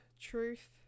Truth